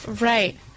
Right